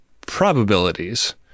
Probabilities